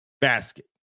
basket